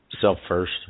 self-first